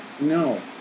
No